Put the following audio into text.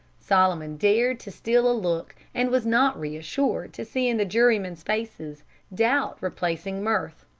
solomon dared to steal a look, and was not reassured to see in the jurymen's faces doubt replacing mirth.